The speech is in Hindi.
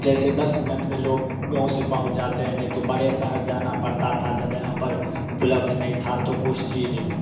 जैसे दस मिनट में लोग गाँव से पहुँच जाते हैं नहीं तो बड़े शहर जाना पड़ता था जब यहाँ पर उपलब्ध नहीं था तो कुछ चीज़